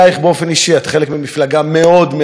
את חלק ממפלגה מאוד מאוד קיצונית,